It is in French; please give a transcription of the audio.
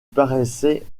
paraissait